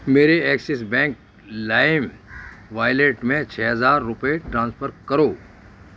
میرے Axis bank live wallet میں چھ ہزار روپے ٹرانسفر کرو